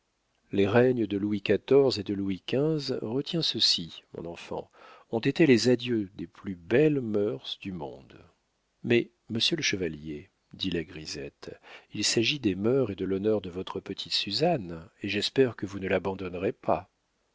les règnes de louis xiv et de louis xv retiens ceci mon enfant ont été les adieux des plus belles mœurs du monde mais monsieur le chevalier dit la grisette il s'agit des mœurs et de l'honneur de votre petite suzanne et j'espère que vous ne l'abandonnerez pas